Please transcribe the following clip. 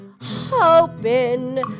hoping